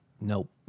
Nope